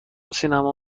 سینما